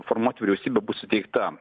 formuot vyriausybę bus suteikta